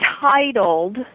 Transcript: titled